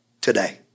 today